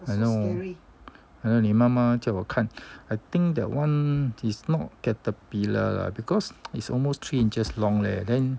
I know I know 你妈妈叫我看 I think that one is not caterpillar lah because it's almost three inches long leh then